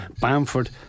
Bamford